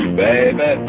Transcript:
baby